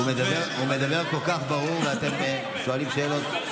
הוא מדבר כל כך ברור ואתם שואלים שאלות.